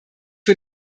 für